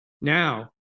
Now